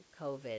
COVID